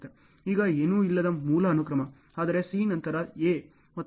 ಈಗ ಏನೂ ಇಲ್ಲದ ಮೂಲ ಅನುಕ್ರಮ ಆದರೆCನಂತರ A ಮತ್ತುEಸಮಾನಾಂತರವಾಗಿರುತ್ತವೆ